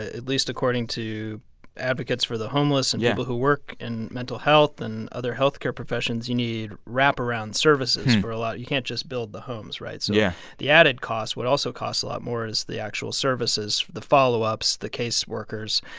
at least according to advocates for the homeless and people who work in mental health and other health care professions you need wraparound services for a lot. you can't just build the homes, right? so yeah so the added costs. would also costs a lot more is the actual services for the follow-ups, the case workers.